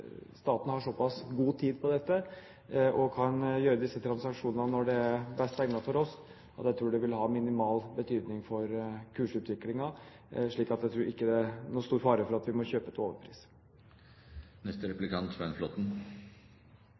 staten har såpass god tid på dette og kan gjøre disse transaksjonene når det er best egnet for oss. Jeg tror det vil ha minimal betydning for kursutviklingen. Så jeg tror ikke det er noen stor fare for at vi må kjøpe